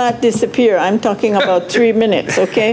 not disappear i'm talking about three minutes ok